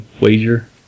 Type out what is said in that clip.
wager